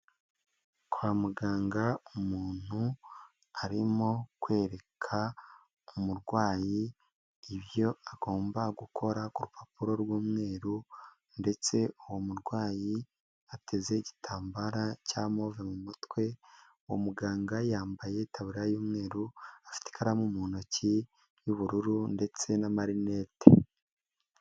Kwa muganga umuntu arimo kwereka umurwayi ibyo agomba gukora ku rupapuro rw'umweru, ndetse uwo murwayi ateze igitambara cya move mu mutwe, uwo muganga yambaye itaburiya y'umweru, afite ikaramu mu ntoki y'ubururu ndetse na marinete.